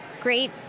Great